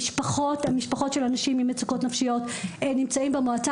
המשפחות של אנשים עם מצוקות נפשיות נמצאים במועצה